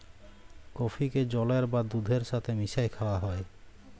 কফিকে জলের বা দুহুদের ছাথে মিশাঁয় খাউয়া হ্যয়